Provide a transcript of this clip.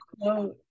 quote